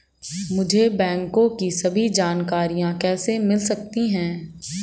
मुझे बैंकों की सभी जानकारियाँ कैसे मिल सकती हैं?